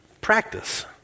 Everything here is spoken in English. Practice